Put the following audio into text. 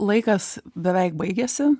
laikas beveik baigiasi